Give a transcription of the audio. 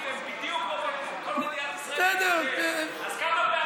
בוא תראה כמה מגוש דן, כמה ממקומות